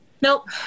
Nope